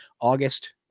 August